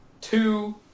two